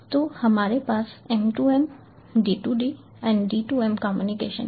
तो हमारे पास M2M D2D and D2M communication है